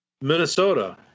Minnesota